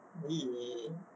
!ee!